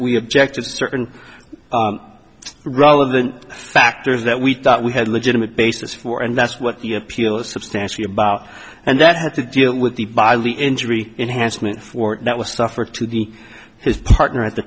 we object to certain relevant factors that we thought we had a legitimate basis for and that's what the appeal is substantially about and that had to deal with the bodily injury enhancement for that was stuff or to the his partner at the